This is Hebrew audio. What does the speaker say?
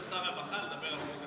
נתנו לשר הרווחה לדבר על חוק הטיפים,